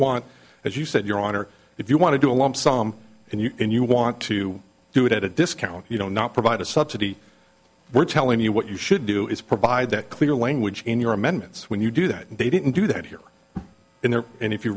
want as you said your honor if you want to do a lump sum and you can you want to do it at a discount you don't not provide a subsidy we're telling you what you should do is provide that clear language in your amendments when you do that and they didn't do that here in there and if you